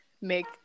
make